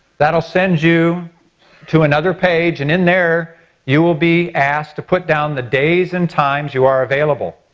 that'll send you to another page and in there you will be asked to put down the days and times you are available.